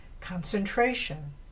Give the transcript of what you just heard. Concentration